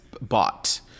bought